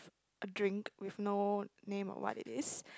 a drink with no name or what it is